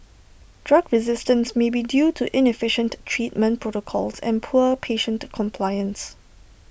drug resistance may be due to inefficient treatment protocols and poor patient compliance